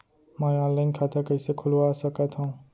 मैं ऑनलाइन खाता कइसे खुलवा सकत हव?